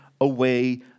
away